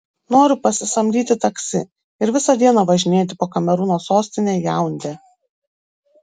noriu pasisamdyti taksi ir visą dieną važinėti po kamerūno sostinę jaundę